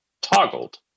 toggled